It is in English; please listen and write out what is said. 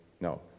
no